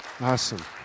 Awesome